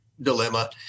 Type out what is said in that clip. dilemma